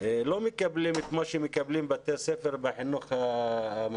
לא מקבלים את מה שמקבלים בתי הספר בחינוך הממלכתי.